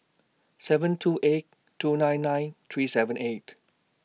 seven two eight two nine nine three seven eight